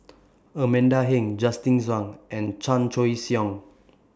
Amanda Heng Justin Zhuang and Chan Choy Siong